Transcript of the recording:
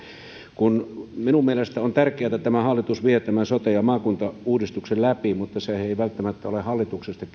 minun mielestäni on tärkeää että tämä hallitus vie sote ja maakuntauudistuksen läpi mutta se ei välttämättä ole hallituksesta